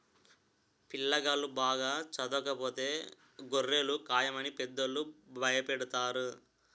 పిల్లాగాళ్ళు బాగా చదవకపోతే గొర్రెలు కాయమని పెద్దోళ్ళు భయపెడతారు